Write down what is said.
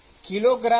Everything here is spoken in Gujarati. જૂલકિગ્રા